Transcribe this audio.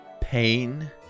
pain